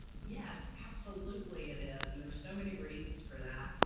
yes, absolutely it is. and there's so many reasons for that.